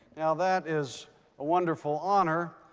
now that is a wonderful honor.